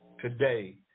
today